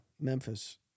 Memphis